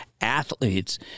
athletes